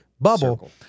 bubble